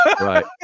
right